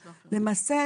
למעשה,